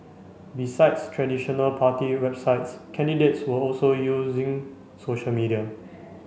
besides traditional party websites candidates were also using social media